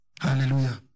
Hallelujah